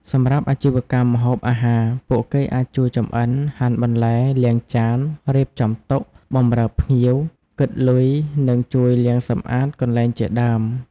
សម្រាប់អាជីវកម្មម្ហូបអាហារ ពួកគេអាចជួយចម្អិន ហាន់បន្លែ លាងចាន រៀបចំតុ បម្រើភ្ញៀវ គិតលុយ និងជួយលាងសម្អាតកន្លែងជាដើម។